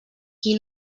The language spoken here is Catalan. qui